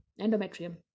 endometrium